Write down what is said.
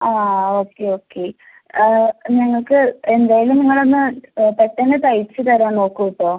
ആ ആ okay okay നിങ്ങൾക്ക് എന്തേലും നിങ്ങളൊന്ന് പെട്ടെന്ന് തയ്ച്ച് തരാൻ നോക്കൂ ഇപ്പോൾ